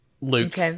Luke